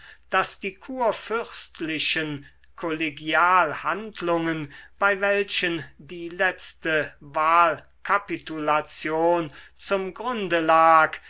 daß die kurfürstlichen kollegialhandlungen bei welchen die letzte wahlkapitulation zum grunde lag